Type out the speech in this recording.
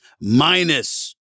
minus